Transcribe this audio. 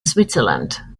switzerland